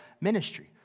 ministry